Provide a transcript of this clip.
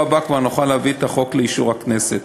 הבא כבר נוכל להביא את החוק לאישור הכנסת.